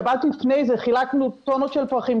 שבת לפני זה חילקנו טונות של פרחים,